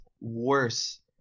worse